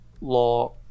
law